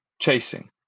chasing